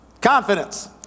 confidence